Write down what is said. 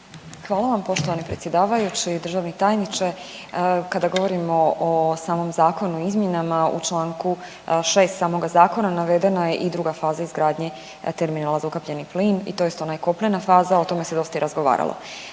Hvala vam poštovani predsjedavajući. Državni tajniče. Kada govorimo o samom zakonu o izmjenama u čl. 6. samoga zakona navedena je i druga faza izgradnje terminala za ukapljeni plin i tj. ona kopnena faza o tome se dosta i razgovaralo.